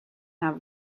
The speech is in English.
have